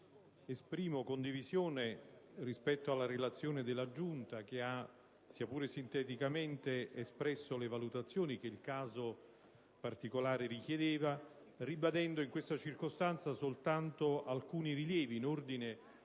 esprimo condivisione rispetto alla relazione della Giunta che, sia pure sinteticamente, ha espresso le valutazioni che il caso particolare richiedeva, ribadendo in questa circostanza soltanto alcuni rilievi in ordine